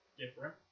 different